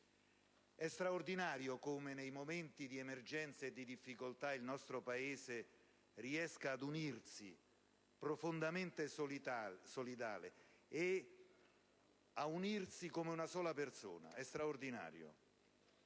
È straordinario come nei momenti di emergenza e di difficoltà il nostro Paese riesca ad unirsi, profondamente solidale, come una sola persona: lo ripeto, è straordinario.